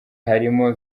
harimo